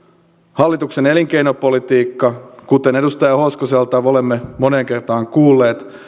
hallituksen elinkeinopolitiikka kuten edustaja hoskoselta olemme moneen kertaan kuulleet